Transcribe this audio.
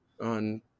on